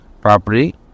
property